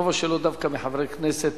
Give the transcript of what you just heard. רוב השאלות דווקא מחברי כנסת